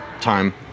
time